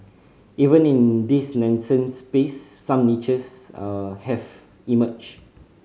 even in this nascent space some niches are have emerged